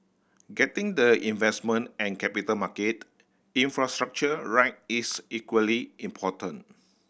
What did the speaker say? getting the investment and capital market infrastructure right is equally important